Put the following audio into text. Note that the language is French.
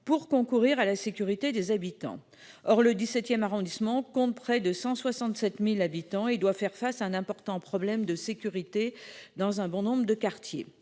pour concourir à la sécurité des habitants. Or le 17ème arrondissement compte près de 167.000 habitants, il doit faire face à un important problème de sécurité dans un bon nombre de quartiers.